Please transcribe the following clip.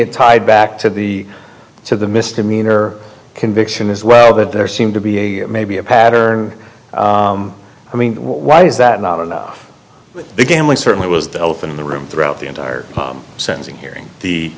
it tied back to the to the misdemeanor conviction as well that there seemed to be a maybe a pattern i mean why is that not enough the gamli certainly was the elephant in the room throughout the entire sentencing hearing the